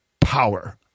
power